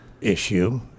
issue